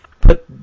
put